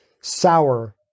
sour